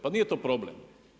Pa nije to problem.